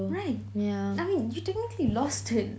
right I mean you technically lost it